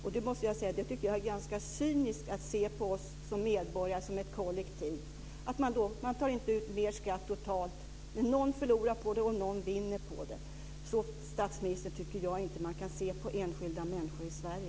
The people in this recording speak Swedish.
Jag måste säga att jag finner det ganska cyniskt att se på oss medborgare som ett kollektiv: Man tar inte ut mer skatt totalt, men någon förlorar på det och någon vinner på det. Så, statsministern, tycker jag inte att man kan se på enskilda människor i Sverige.